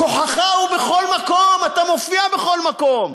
כוחך הוא בכל מקום, אתה מופיע בכל מקום.